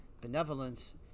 benevolence